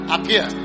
Appear